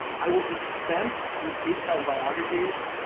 i will dispense with detailed biographies.